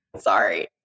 Sorry